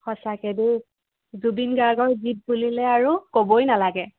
সঁচাকৈ দেই জুবিন গাৰ্গৰ গীত বুলিলে আৰু ক'বই নালাগে